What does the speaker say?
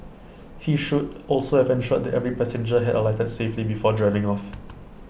he should also have ensured that every passenger had alighted safely before driving off